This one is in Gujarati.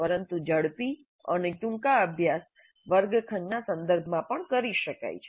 પરંતુ ઝડપી અને ટૂંકા અભ્યાસ વર્ગખંડના સંદર્ભમાં પણ કરી શકાય છે